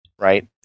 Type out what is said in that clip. right